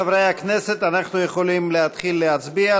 חברי הכנסת, אנחנו יכולים להתחיל להצביע.